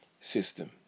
system